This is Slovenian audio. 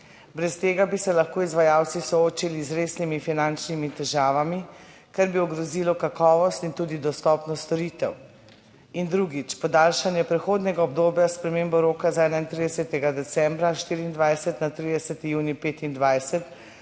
Brez tega bi se lahko izvajalci soočili z resnimi finančnimi težavami, kar bi ogrozilo kakovost in tudi dostopnost storitev. In drugič, podaljšanje prehodnega obdobja s spremembo roka z 31. decembra 2024 na 30. junij